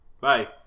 Bye